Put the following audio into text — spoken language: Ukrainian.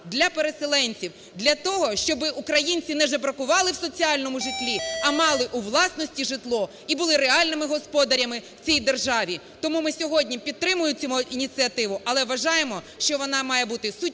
для переселенців, для того, щоби українці не жебракували в соціальному житлі, а мали у власності житло і були реальними господарями в цій державі. Тому ми сьогодні підтримуємо цю ініціативу. Але вважаємо, що вона має бути суттєво